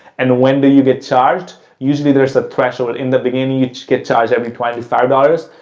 and when do you get charged? usually there's a threshold. in the beginning, you get charged every twenty five dollars,